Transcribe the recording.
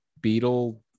beetle